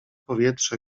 powietrze